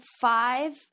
five